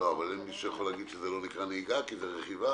יש מישהו שיכול לומר שזה לא נקרא נהיגה כי זה רכיבה?